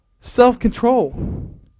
Self-control